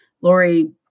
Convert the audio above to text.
Lori